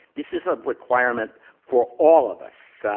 this is a requirement for all of us.